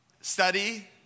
study